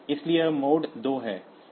इसलिए यह मोड 2 है